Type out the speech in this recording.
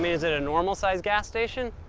um is it a normal size gas station?